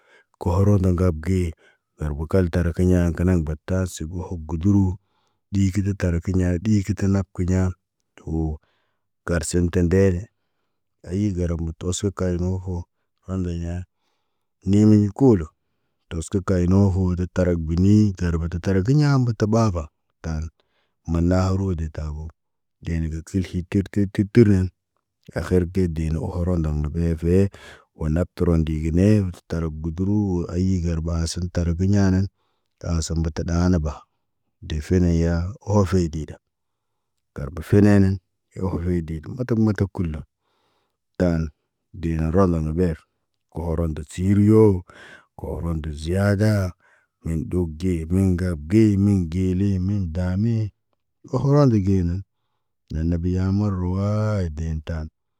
Kohorona ŋga ge. Ŋgar bukal tarkiɲa kə naŋg batan sibu hug guduru. Ɗi kə de tarkiɲ, ɗi kə tə nap kiɲa too. Gar sente ndeele, ayi gar moto oso karnifo, hande ya, nimili kuulo. Tos kə kay noofu, tar binii, tar batata tar kiɲaa mbuta aafa. Maanna haro de tabo, de ne gə khilkhi tər tər tər nan. Akher ke de na ohoro ndam rigefe. Wo nab təro ndigene, tar gudɾu, wo ayi gar baasən tar giɲanan. Ta asum mbuta ɗaa naba, defene ya, ofoey deda. Gar bufe neenen, eho fi de tə matak matak kula. Taan, de na rol na gef, ohoron ndə siriyo, koorondo ziyada. Min duk ge, min ŋgab gee miŋg gee le miŋg daamiye. Ohoron nde ge nan, naan na beya marawaayit deen tan.